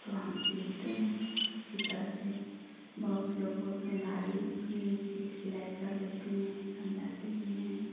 तो हम सिलते हैं अच्छी तरह से बहुत लोग बोलते हैं भाभी इतनी अच्छी सिलाई कर लेती हैं समझाती भी है